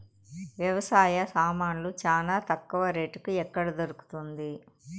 వ్యవసాయ సామాన్లు చానా తక్కువ రేటుకి ఎక్కడ దొరుకుతుంది?